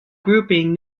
grouping